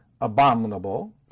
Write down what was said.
abominable